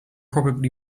probably